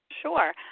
Sure